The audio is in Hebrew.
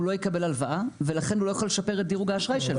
הוא לא יקבל הלוואה ולכן הוא לא יכול לשפר את דירוג האשראי שלו.